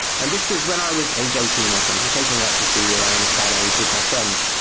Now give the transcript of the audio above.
and this was when i was aged eighteen or something, taking ecstasy around that age with my friends,